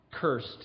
cursed